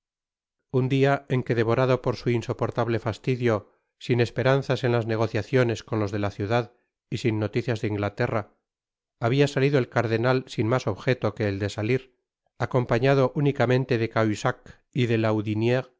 un dia en que devorado por un insoportable fastidio sin'esperanzas en las negociaciones con los de la ciudad y sin noticias de ingtaterra habia salido el cardenal sin mas objeto que el de salir acompasado únicamente de cabusac y de lahoudiniere